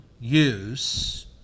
use